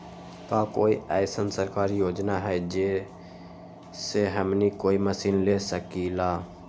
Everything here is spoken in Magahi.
का कोई अइसन सरकारी योजना है जै से हमनी कोई मशीन ले सकीं ला?